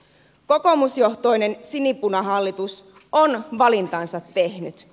kokoomusjohtoinen sinipunahallitus on valintansa tehnyt